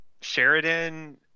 sheridan